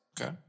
Okay